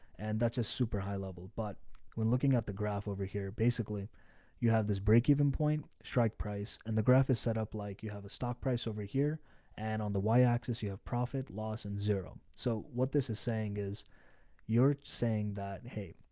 and that's a super high level, but we're looking at the graph over here. basically you have this breakeven point strike price, and the graph is set up. like you have a stock price over here and on the y axis, you have profit loss and zero. so what this is saying is you're saying that, hey,